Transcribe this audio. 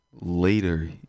later